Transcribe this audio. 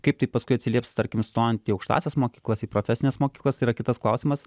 kaip tai paskui atsilieps tarkim stojant į aukštąsias mokyklas į profesines mokyklas tai yra kitas klausimas